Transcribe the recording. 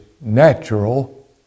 natural